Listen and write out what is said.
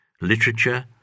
literature